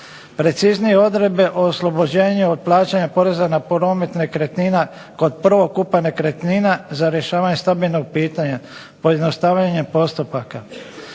preciznije odredbe o oslobođenju od plaćanja poreza na promet nekretnina kod prvokupa nekretnina za rješavanje stambenog pitanja, pojednostavljenje postupaka.